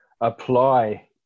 apply